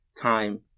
time